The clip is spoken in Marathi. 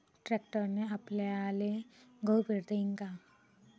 ट्रॅक्टरने आपल्याले गहू पेरता येईन का?